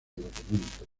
documento